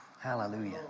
Hallelujah